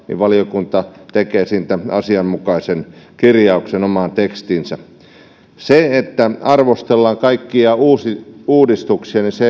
valiokunta tekee siitä asianmukaisen kirjauksen omaan tekstiinsä se että arvostellaan kaikkia uudistuksia